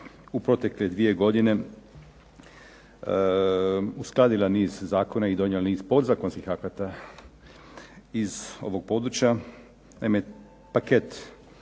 u protekle dvije godine uskladila niz zakona i donijela niz podzakonskih akata iz ovog područja. Naime,